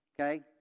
okay